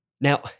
Now